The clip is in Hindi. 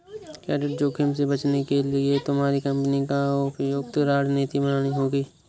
क्रेडिट जोखिम से बचने के लिए तुम्हारी कंपनी को उपयुक्त रणनीति बनानी होगी